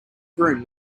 groom